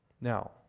Now